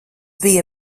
bija